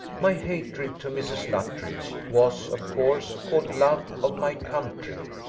my hatred to mrs. luttridge was, of course, called love of my country.